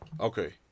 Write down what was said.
okay